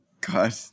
God